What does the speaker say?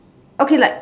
okay like